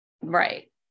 Right